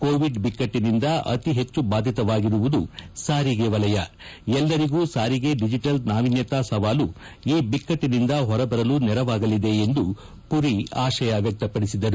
Covid ಬಿಕ್ಟ್ಟನಿಂದ ಅತಿ ಹೆಚ್ಚು ಬಾಧಿತವಾಗಿರುವುದು ಸಾರಿಗೆ ವಲಯ ಎಲ್ಲರಿಗೂ ಸಾರಿಗೆ ಡಿಜಿಟಲ್ ನಾವಿನ್ಯತಾ ಸವಾಲು ಈ ಬಿಕ್ಕಟ್ಟನಿಂದ ಹೊರಬರಲು ನೆರವಾಗಲಿದೆ ಎಂದು ಮರಿ ಆಶಯ ವ್ಯಕ್ತಪಡಿಸಿದರು